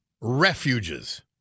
refuges